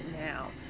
now